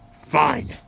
Fine